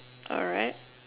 alright